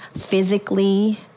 physically